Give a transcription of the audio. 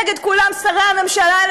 נגד כולם שרי הממשלה האלה,